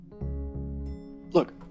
Look